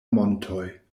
montoj